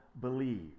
believe